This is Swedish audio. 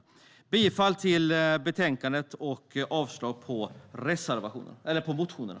Jag yrkar bifall till utskottets förslag i betänkandet och avslag på motionerna.